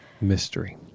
Mystery